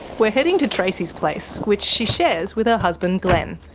we're heading to tracey's place which she shares with her husband glen.